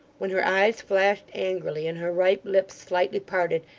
when her eyes flashed angrily, and her ripe lips slightly parted,